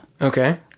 Okay